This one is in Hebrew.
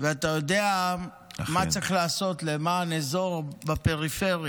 ואתה יודע מה צריך לעשות למען אזור בפריפריה.